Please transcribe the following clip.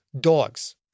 dogs